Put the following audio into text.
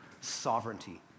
sovereignty